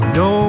no